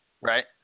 right